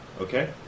Okay